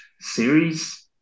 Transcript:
series